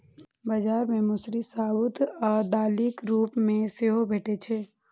बाजार मे मौसरी साबूत आ दालिक रूप मे सेहो भैटे छै